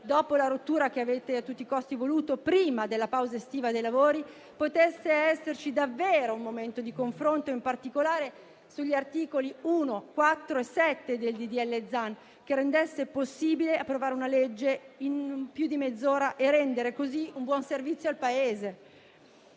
dopo la rottura che avete a tutti i costi voluto prima della pausa estiva dei lavori, potesse esserci davvero un momento di confronto, in particolare sugli articoli 1, 4 e 7 del disegno di legge Zan, che rendesse possibile approvare una legge in più di mezz'ora e rendere così un buon servizio al Paese,